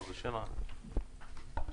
בוקר טוב.